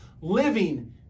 living